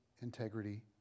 integrity